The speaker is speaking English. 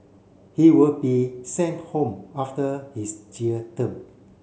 he will be sent home after his jail term